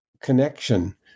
connection